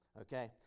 okay